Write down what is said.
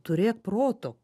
turėk proto